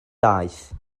daeth